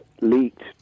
leaked